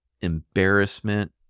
embarrassment